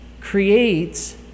creates